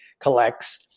collects